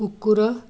କୁକୁର